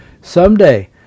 Someday